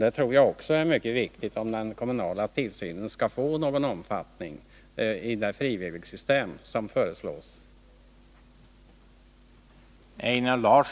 Det tror jag också är mycket viktigt, om den kommunala tillsynen skall få någon omfattning i det frivilligsystem som föreslås.